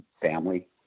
family